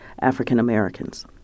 African-Americans